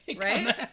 Right